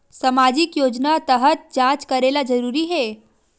सामजिक योजना तहत जांच करेला जरूरी हे